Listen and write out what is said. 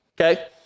okay